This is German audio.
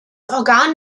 organ